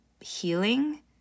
healing